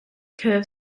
curved